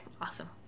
Awesome